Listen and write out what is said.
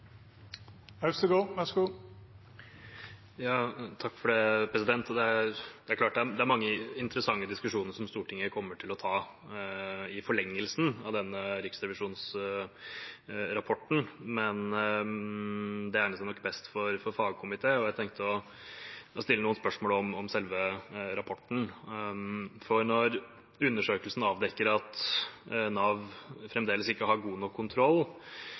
mange interessante diskusjoner som Stortinget kommer til å ta i forlengelsen av denne riksrevisjonsrapporten, men det egner seg nok best for fagkomiteer, så jeg tenkte å stille noen spørsmål om selve rapporten. Når undersøkelsen avdekker at Nav fremdeles ikke har god nok kontroll